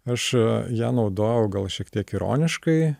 aš ją naudojau gal šiek tiek ironiškai